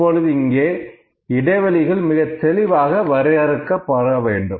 இப்பொழுது இங்கே இடைவெளிகள் மிகத் தெளிவாக வரையறுக்கப்பட வேண்டும்